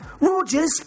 roger's